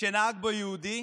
שנהג בו יהודי